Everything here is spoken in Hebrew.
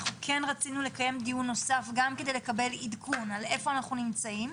אנחנו כן רצינו לקיים דיון נוסף גם כדי לקבל עדכון על אפה אנחנו נמצאים,